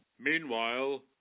Meanwhile